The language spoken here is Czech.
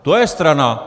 To je strana!